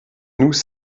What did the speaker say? nous